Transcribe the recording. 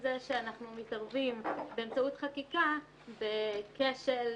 זה שאנחנו מתערבים באמצעות חקיקה בכשל,